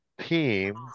team